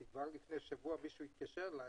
כי לפני שבוע מישהו התקשר אלי